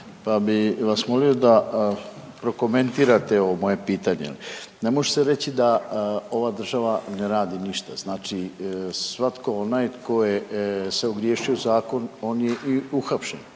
pa bi vas molio da prokomentirate ovo moje pitanje. Ne može se reći da ova država ne radi ništa. Znači svatko onaj tko je se ogriješio o zakon on je i uhapšen